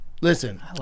Listen